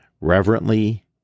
reverently